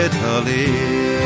Italy